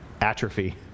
atrophy